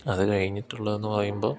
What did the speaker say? അതു കഴിഞ്ഞിട്ടുള്ളതെന്നു പറയുമ്പോള്